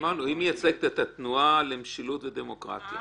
אמרנו שהיא מייצגת את התנועה למשילות ודמוקרטיה.